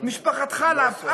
משפחת חליף,